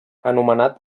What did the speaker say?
anomenat